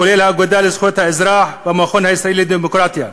כולל האגודה לזכויות האזרח והמכון הישראלי לדמוקרטיה.